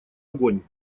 огонь